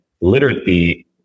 literacy